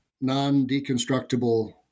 non-deconstructible